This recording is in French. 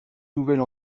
nouvelle